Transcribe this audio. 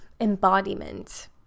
embodiment